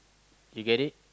you get it